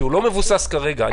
שלא מבוסס כרגע.